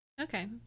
Okay